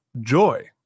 joy